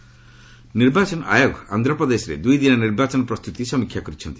AP EC ନିର୍ବାଚନ ଆୟୋଗ ଆନ୍ଧ୍ରପ୍ରଦେଶରେ ଦୁଇ ଦିନିଆ ନିର୍ବାଚନ ପ୍ରସ୍ତୁତି ସମୀକ୍ଷା କରିଛନ୍ତି